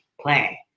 play